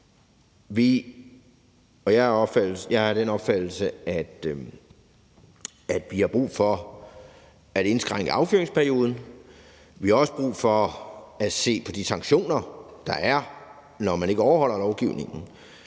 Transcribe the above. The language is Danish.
Jeg er af den opfattelse, at vi har brug for at indskrænke affyringsperioden. Vi har også brug for at se på de sanktioner, der er, når man ikke overholder lovgivningen,